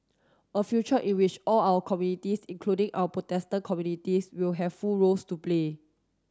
a future in which all our communities including our Protestant communities will have full roles to play